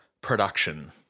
production